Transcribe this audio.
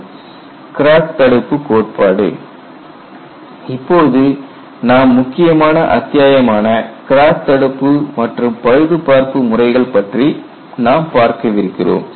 Crack Arrest Principle crack தடுப்பு கோட்பாடு இப்போது நாம் முக்கியமான அத்தியாயமான கிராக் தடுப்பு மற்றும் பழுதுபார்ப்பு முறைகள் பற்றி நாம் பார்க்கவிருக்கிறோம்